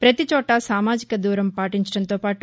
పతి చోట సామాజిక దూరం పాటించడంతో పాటు